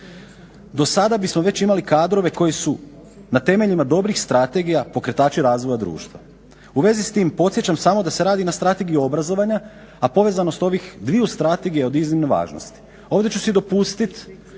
Do sada bismo već imali kadrove koji su na temeljima dobrih strategija pokretači razvoja društva. U vezi s tim podsjećam samo da se radi na strategiji obrazovanja a povezanost ovih dviju strategija je od iznimne važnosti. Ovdje ću si dopustit